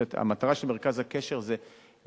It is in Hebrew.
זאת אומרת, המטרה של מרכז הקשר היא לאנשים,